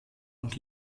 und